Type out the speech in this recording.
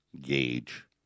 gauge